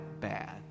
bad